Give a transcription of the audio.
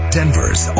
Denver's